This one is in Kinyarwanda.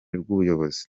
rw’ubuyobozi